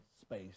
space